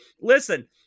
listen